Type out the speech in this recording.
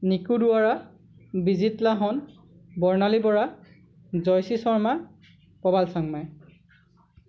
Nico Duwarah Bijit Lahon Barnali Bora Jayashree Sharma Prabal Changmai